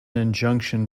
injunction